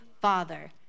Father